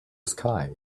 sky